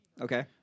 Okay